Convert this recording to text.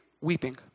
weeping